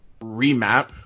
remap